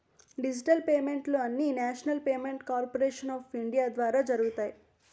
digital పేమెంట్లు అన్నీనేషనల్ payment corporation of India ద్వారా జరుగుతాయి